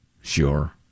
Sure